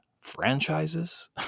franchises